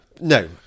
No